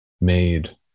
made